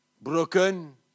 broken